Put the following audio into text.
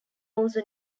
also